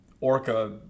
orca